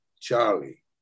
Charlie